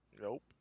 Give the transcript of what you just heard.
Nope